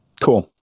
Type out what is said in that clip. Cool